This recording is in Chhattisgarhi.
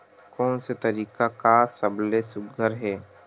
कोन से तरीका का सबले सुघ्घर हे?